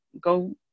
Go